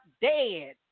dead